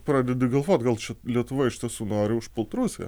pradedi galvot gal čia lietuva iš tiesų nori užpult rusiją